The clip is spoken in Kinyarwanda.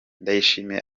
ndayishimiye